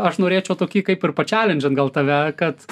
aš norėčiau tokį kaip ir pačelendžint gal tave kad